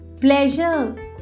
pleasure